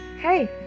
Hey